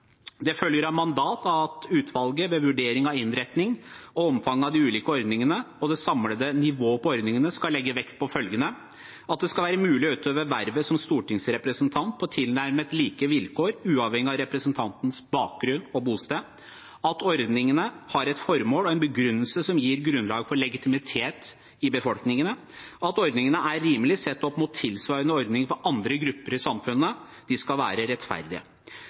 Det følger av mandatet at utvalget ved vurdering av innretning og omfang av de ulike ordningene og det samlede nivået på dem skal legge vekt på følgende: «at det skal være mulig å utøve vervet som stortingsrepresentant på tilnærmet like vilkår uavhengig av representantenes bakgrunn og bosted at ordningene har et formål og en begrunnelse som gir grunnlag for legitimitet i befolkningen at ordningene er rimelige sett opp mot tilsvarende ordninger for andre grupper i samfunnet» – de skal være rettferdige.